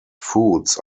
foods